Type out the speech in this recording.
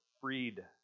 freed